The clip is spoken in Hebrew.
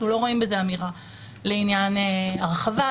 לא רואים בזה אמירה לעניין הרחבה,